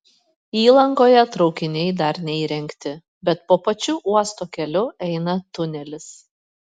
įlankoje traukiniai dar neįrengti bet po pačiu uosto keliu eina tunelis